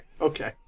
Okay